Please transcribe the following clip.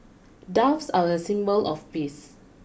doves are a symbol of peace